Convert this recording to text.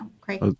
Great